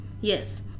Yes